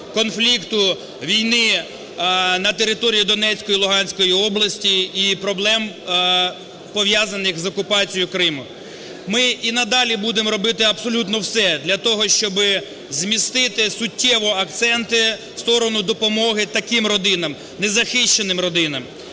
конфлікту, війни на території Донецької і Луганської області і проблем, пов'язаних з окупацією Криму. Ми і надалі будемо робити абсолютно все для того, щоби змістити суттєво акценти в сторону допомоги таким родинам, незахищеним родинам.